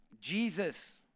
Jesus